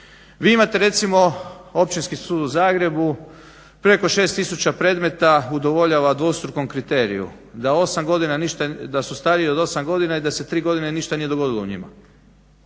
vi imate recimo Općinski sud u Zagrebu preko 6 tisuća predmeta udovoljava dvostrukom kriteriju, da 8 godina ništa, da su stariji od osam godina i da se tri godine ništa nije dogodilo u njima.